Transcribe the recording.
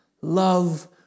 Love